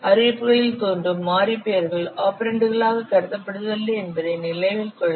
அறிவிப்புகளில் தோன்றும் மாறி பெயர்கள் ஆபரெண்டுகளாக கருதப்படுவதில்லை என்பதை நினைவில் கொள்க